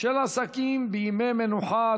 של עסקים בימי מנוחה),